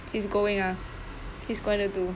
he's going ah he's going to do